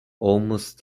almost